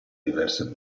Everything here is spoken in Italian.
diverse